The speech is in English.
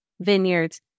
vineyards